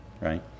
Right